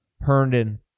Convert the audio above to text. Herndon